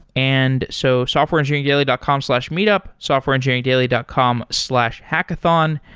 and so softwareengineeringdaily dot com slash meetup, softwareengineeringdaily dot com slash hackathon,